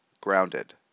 grounded